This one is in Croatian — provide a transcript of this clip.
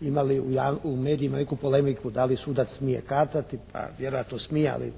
imali u medijima neku polemiku da li sudac smije kartati, pa vjerojatno smije, ali